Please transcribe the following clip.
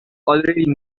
already